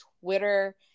Twitter